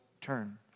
turn